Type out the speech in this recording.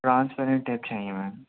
transparent tape چاہیے میم